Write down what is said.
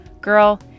Girl